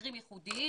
ומקרים ייחודיים.